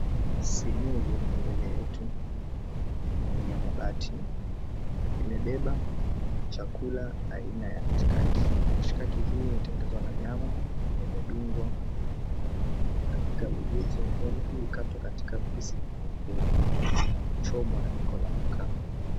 Sinia iloko mbele yetu ni ya mabati imebeba chakula ya aina ya mshaki. Mshaki hio imetengenezwa na nyama imedugwa katika vijiti vilvyo katwa kwa vipisi vidogo vidogo kuchomwa na jiko la makaa.